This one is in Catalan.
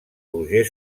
roger